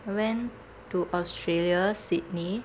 I went to australia sydney